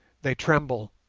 they tremble,